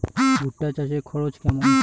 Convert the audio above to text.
ভুট্টা চাষে খরচ কেমন?